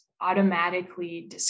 automatically